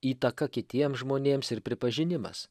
įtaka kitiems žmonėms ir pripažinimas